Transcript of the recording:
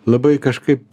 labai kažkaip